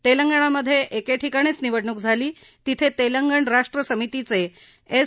तेलंगणामधे एके ठिकाणीच निवडणूक झाली तिथे तेलंगण राष्ट्र समितीचे एस